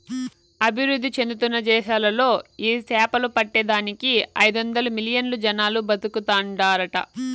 అభివృద్ధి చెందుతున్న దేశాలలో ఈ సేపలు పట్టే దానికి ఐదొందలు మిలియన్లు జనాలు బతుకుతాండారట